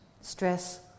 Stress